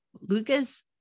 Lucas